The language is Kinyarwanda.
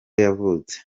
yavutse